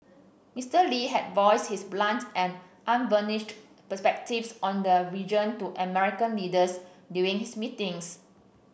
Mister Lee had voiced his blunt and unvarnished perspectives on the region to American leaders during his meetings